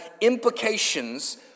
implications